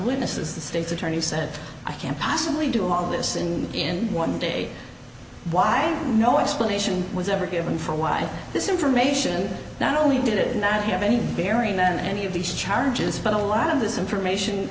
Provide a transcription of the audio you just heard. witnesses the state's attorney said i can't possibly do all of this in one day why no explanation was ever given for why this information not only did it not have any bearing on any of these charges but a lot of this information